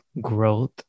growth